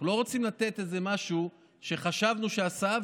אנחנו לא רוצים לתת איזה משהו שחשבנו שנעשה,